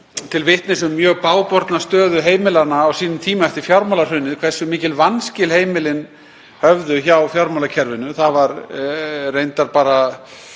til vitnis um mjög bágborna stöðu heimilanna á sínum tíma eftir fjármálahrunið hversu mikil vanskil heimilin höfðu hjá fjármálakerfinu. Það voru reyndar bara